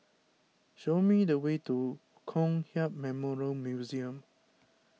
show me the way to Kong Hiap Memorial Museum